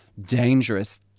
dangerous